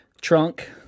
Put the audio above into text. Trunk